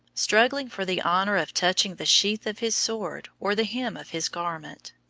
struggling for the honour of touching the sheath of his sword or the hem of his garment.